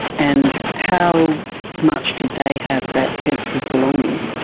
and how much did they have that sense of belonging.